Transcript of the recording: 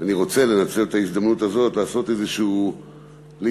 אני רוצה לנצל את ההזדמנות הזאת לעשות איזושהי ליסטה,